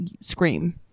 scream